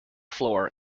floor